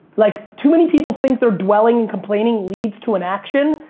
like, too many people think their dwelling and complaining leads to an action,